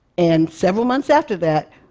and several months after that,